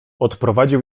odprowadził